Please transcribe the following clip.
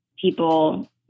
people